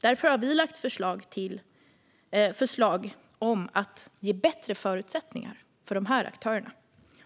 Därför har vi lagt förslag om att ge bättre förutsättningar för de här aktörerna.